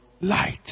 light